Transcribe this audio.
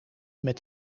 met